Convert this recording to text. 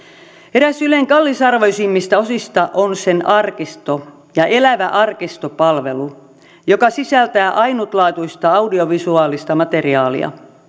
eräs ylen kallisarvoisimmista osista on sen arkisto ja elävä arkisto palvelu joka sisältää ainutlaatuista audiovisuaalista materiaalia